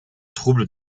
trouble